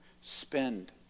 spend